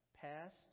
past